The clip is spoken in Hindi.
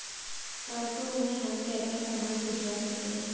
कार्गो में हम क्या क्या सामान भिजवा सकते हैं?